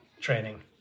training